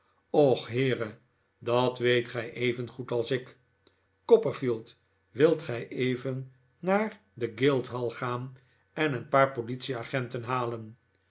och heere dat weet gij evengoed als ik copperfield wilt gij even naar de guildhall gaan en een paar politieagenten halen